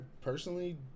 personally